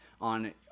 on